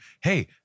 hey